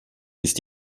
ist